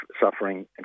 suffering